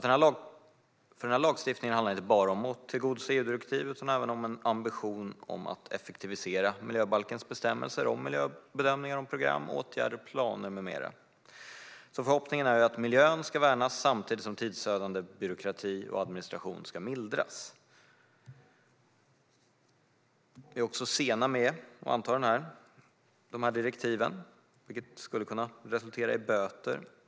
Den här lagstiftningen handlar inte bara om att tillgodose EU-direktiv utan även om en ambition att effektivisera miljöbalkens bestämmelser om miljöbedömningar, program, åtgärder, planer med mera. Förhoppningen är att miljön ska värnas samtidigt som tidsödande byråkrati och administration ska mildras. Sverige är sent med att anta direktiven, vilket skulle kunna resultera i böter.